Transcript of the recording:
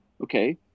okay